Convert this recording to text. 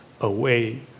away